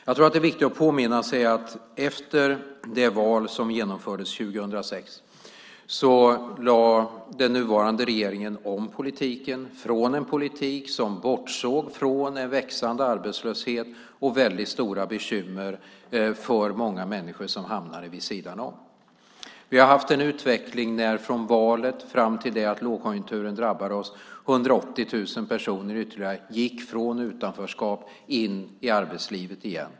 Jag tror att det är viktigt att påminna sig att efter det val som genomfördes 2006 lade den nuvarande regeringen om politiken från en politik som bortsåg från en växande arbetslöshet och väldigt stora bekymmer för många människor som hamnade vid sidan om. Vi har haft en utveckling, från valet fram till dess att lågkonjunkturen drabbade oss, där 180 000 gick från utanförskap in i arbetslivet igen.